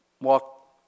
walk